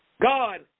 God